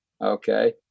Okay